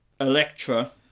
Electra